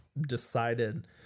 decided